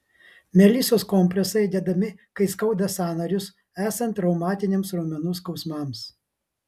melisos kompresai dedami kai skauda sąnarius esant reumatiniams raumenų skausmams